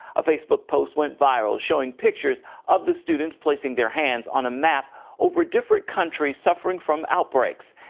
a facebook postwent viral showing pictures of the students placing their hands on a map over different countries suffering from outbreaks.